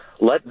let